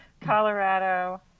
Colorado